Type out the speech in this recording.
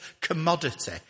commodity